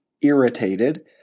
irritated